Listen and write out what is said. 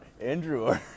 Andrew